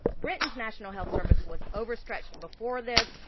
britain's national health service was overstretched before this,